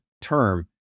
term